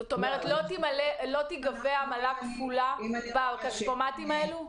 זאת אומרת שלא תיגבה עמלה כפולה בכספומטים האלה?